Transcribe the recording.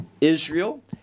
Israel